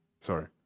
Sorry